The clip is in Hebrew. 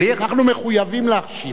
אנחנו מחויבים להחשיך.